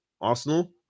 Arsenal